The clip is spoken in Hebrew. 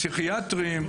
פסיכיאטריים.